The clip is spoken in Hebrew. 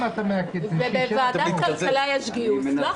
ואני לא יודע מה